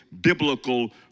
biblical